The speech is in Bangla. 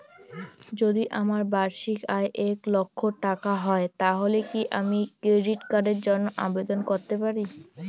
যদি আমার বার্ষিক আয় এক লক্ষ টাকা হয় তাহলে কি আমি ক্রেডিট কার্ডের জন্য আবেদন করতে পারি?